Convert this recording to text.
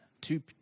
two